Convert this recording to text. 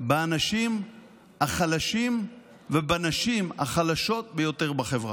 באנשים החלשים ובנשים החלשות ביותר בחברה.